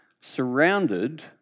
surrounded